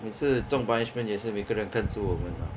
每次中 punishment 也是每个人看住我们 lah